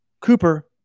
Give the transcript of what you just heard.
Cooper